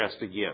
again